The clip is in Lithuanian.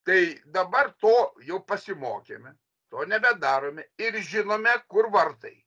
tai dabar to jau pasimokėme to nebedarome ir žinome kur vartai